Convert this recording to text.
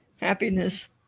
happiness